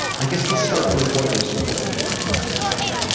i guess, let's start with, what was what was the home life like?